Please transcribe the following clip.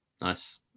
nice